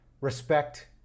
respect